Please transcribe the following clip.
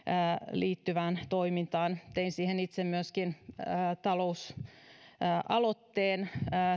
liittyvään toimintaan tein siihen itse myöskin talousaloitteen